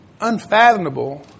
unfathomable